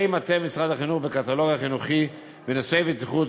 מטה משרד החינוך בקטלוג החינוכי בנושאי בטיחות,